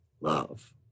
love